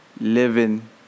living